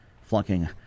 flunking